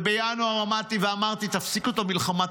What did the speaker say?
ובינואר עמדתי ואמרתי: תפסיקו את המלחמה,